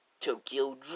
Tokyo